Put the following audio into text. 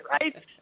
right